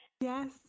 Yes